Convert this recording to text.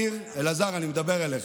אלעזר, אני מדבר אליך.